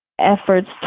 efforts